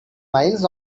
miles